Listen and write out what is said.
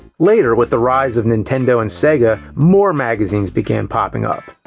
later with the rise of nintendo and sega more, magazines began popping up.